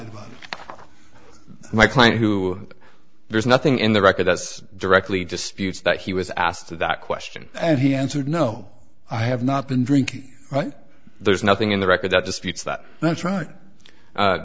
on my client who there's nothing in the record that's directly disputes that he was asked that question and he answered no i have not been drinking there's nothing in the record that disputes that that's right